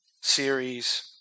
series